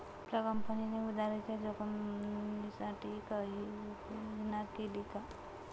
आपल्या कंपनीने उधारीच्या जोखिमीसाठी काही उपाययोजना केली आहे का?